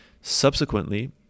Subsequently